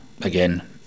Again